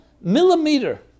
millimeter